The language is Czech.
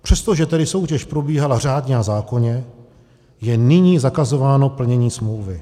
Přestože tedy soutěž probíhala řádně a zákonně, je nyní zakazováno plnění smlouvy.